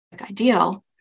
ideal